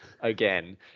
again